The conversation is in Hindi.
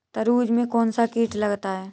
तरबूज में कौनसा कीट लगता है?